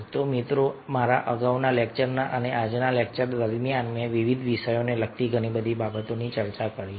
તો મિત્રો મારા અગાઉના લેક્ચર અને આજના લેક્ચર દરમિયાન મેં વિવિધ વિષયોને લગતી ઘણી બધી બાબતોની ચર્ચા કરી છે